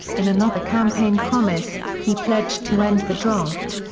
in another campaign promise, he pledged to end the draft.